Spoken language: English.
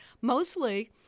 mostly